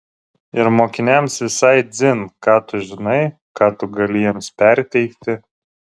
ir mokiniams visai dzin ką tu žinai ką tu gali jiems perteikti